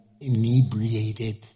inebriated